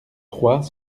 trois